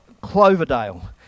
Cloverdale